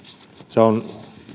se on